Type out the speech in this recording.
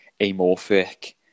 amorphic